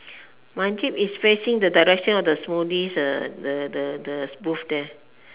my jeep is facing the direction of the smoothies uh the the the booth there